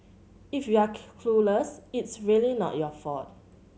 if you're clueless it's really not your fault